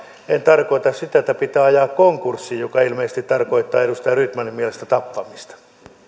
en tarkoita sitä että pitää ajaa konkurssiin joka ilmeisesti tarkoittaa edustaja rydmanin mielestä tappamista